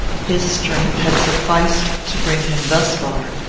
his strength had sufficed to bring him thus far,